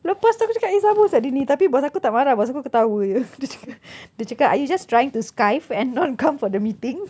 lepas tu aku cakap eh sabo sia dia ni tapi boss aku tak marah boss aku ketawa jer dia cakap are you just trying to skive and not come for the meeting